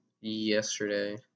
yesterday